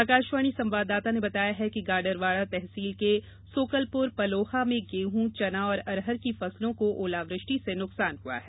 आकाशवाणी संवाददाता ने बताया है कि गाडरवारा तहसील के सोकलपुर पलोहा में गेहूं चना और अरहर की फसलों को ओलावृष्टि से नुकसान हुआ है